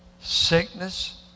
sickness